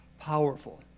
Powerful